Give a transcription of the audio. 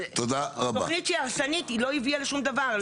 התכנית הרסנית ולא הביאה לשום דבר.